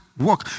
work